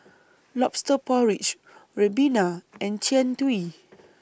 Lobster Porridge Ribena and Jian Dui